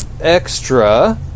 Extra